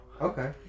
Okay